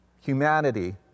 humanity